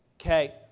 Okay